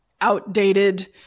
outdated